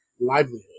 livelihood